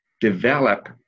develop